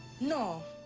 no.